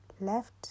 Left